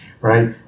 Right